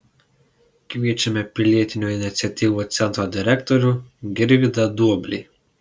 kviečiame pilietinių iniciatyvų centro direktorių girvydą duoblį